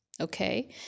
okay